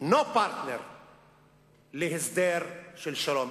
no partner להסדר של שלום.